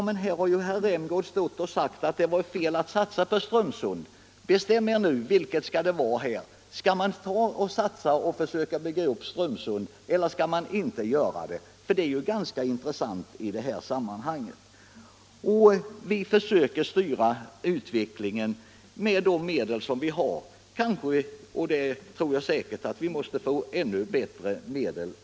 Men herr Rämgård har ju sagt att det var fel att satsa på Strömsund. Bestäm er nu, hur skall det vara? Skall man satsa på att försöka bygga upp Strömsund eller skall man inte göra det? Det är en ganska intressant fråga i det här sammanhanget. Vi försöker styra utvecklingen med de medel vi har, men vi måste säkert få ännu bättre medel.